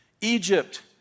Egypt